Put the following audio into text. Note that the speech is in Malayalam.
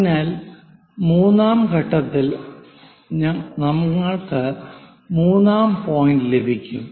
അതിനാൽ മൂന്നാം ഘട്ടത്തിൽ ഞങ്ങൾക്ക് മൂന്നാം പോയിന്റ് ലഭിക്കും